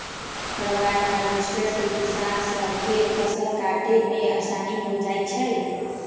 combine harvester से किसान स के फसल काटे में आसानी हो जाई छई